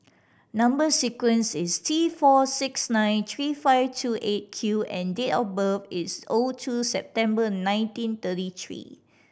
number sequence is T four six nine three five two Eight Q and date of birth is O two September nineteen thirty three